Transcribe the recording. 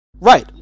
Right